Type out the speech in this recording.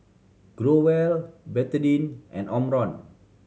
Growell Betadine and Omron